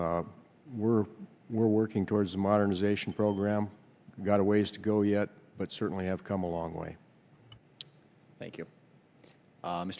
we're we're working towards a modernization program got a ways to go yet but certainly have come a long way thank you